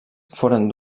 foren